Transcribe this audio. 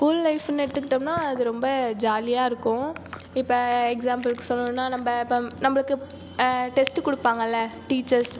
school லைஃபுன்னு எடுத்துக்கிட்டோம்னால் அது ரொம்ப ஜாலியாக இருக்கும் இப்போ எக்ஸாம்பிளுக்குச் சொல்லணுனால் நம்ம இப்போ நம்மளுக்கு டெஸ்ட்டு கொடுப்பாங்கள்ல டீச்சர்ஸ்